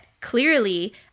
Clearly